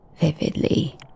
vividly